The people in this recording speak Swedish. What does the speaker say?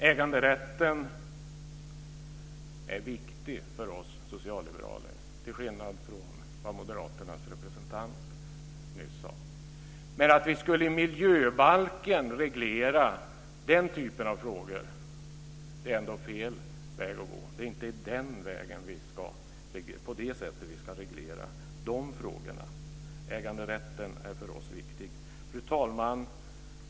Äganderätten är viktig för oss socialliberaler, till skillnad från vad Moderaternas representant nyss sade. Men att i miljöbalken reglera den typen av frågor är ändå fel väg att gå. Det är inte på det sättet vi ska reglera de frågorna. Äganderätten är viktig för oss. Fru talman!